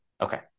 Okay